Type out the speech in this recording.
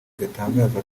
gatangaza